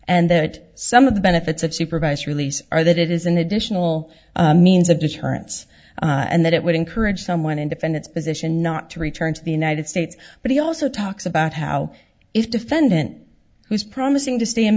and that some of the benefits of supervised release are that it is an additional means of deterrence and that it would encourage someone to defend its position not to return to the united states but he also talks about how if defendant who's promising to stay in